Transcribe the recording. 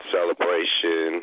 Celebration